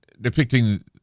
depicting